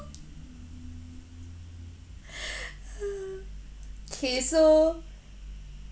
kay so